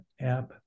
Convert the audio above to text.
app